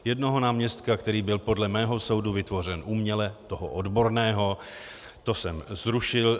Jednoho náměstka, který byl podle mého soudu vytvořen uměle, toho odborného, to jsem zrušil.